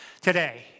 today